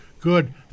good